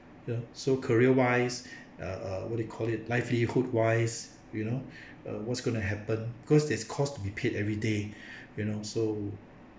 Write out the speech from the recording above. the so career wise err err what do you call it livelihood wise you know uh what's going to happen because there's cost to be paid every day you know so